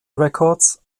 records